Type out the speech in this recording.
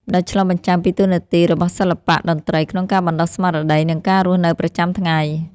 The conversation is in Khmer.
ដែលឆ្លុះបញ្ចាំងពីតួនាទីរបស់សិល្បៈតន្ត្រីក្នុងការបណ្តុះស្មារតី និងការរស់នៅប្រចាំថ្ងៃ។